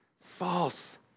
False